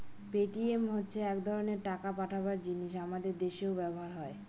Paytm হচ্ছে এক ধরনের টাকা পাঠাবার জিনিস আমাদের দেশেও ব্যবহার হয়